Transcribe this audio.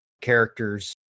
characters